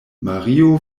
mario